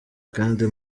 kandi